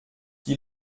die